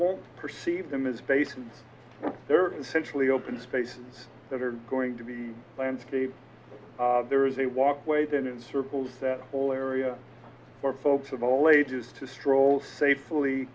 won't perceive them as faces there consensually open spaces that are going to be landscape there is a walkway then in circles that whole area where folks of all ages to stroll safely